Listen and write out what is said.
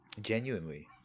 Genuinely